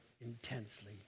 intensely